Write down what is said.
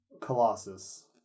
Colossus